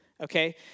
okay